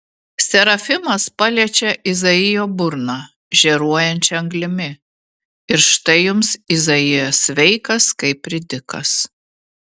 serafimas paliečia izaijo burną žėruojančia anglimi ir štai jums izaijas sveikas kaip ridikas